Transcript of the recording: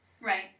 Right